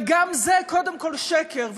וגם זה קודם כול שקר,